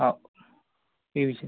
हाव तेवीसशे